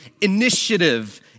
initiative